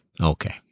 Okay